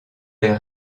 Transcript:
les